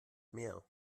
mehr